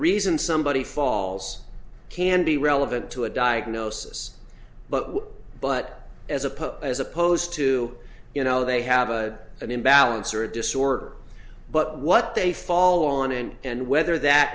reason somebody falls can be relevant to a diagnosis but but as a pope as opposed to you know they have a an imbalance or a disorder but what they fall on and whether that